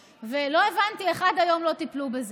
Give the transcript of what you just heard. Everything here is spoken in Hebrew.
ולא הבנתי איך עד היום לא טיפלו בזה.